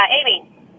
Amy